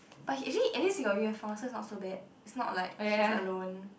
it is your uniform so it's not so bad at it's not like